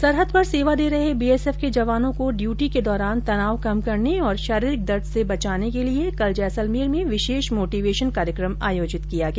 सरहद पर सेवा दे रहे बीएसएफ के जवानों को ड्यूटी के दौरान तनाव कम करने और शारीरिक दर्द से बचाने के लिये कल जैसलमेर में विशेष मोटिवेशन कार्यकम आयोजित किया गया